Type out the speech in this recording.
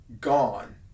gone